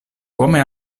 come